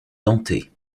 dentées